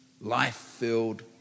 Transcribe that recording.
life-filled